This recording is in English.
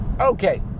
Okay